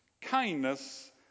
kindness